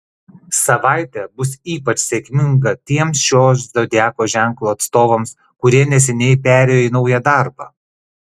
savaitė bus ypač sėkminga tiems šio zodiako ženklo atstovams kurie neseniai perėjo į naują darbą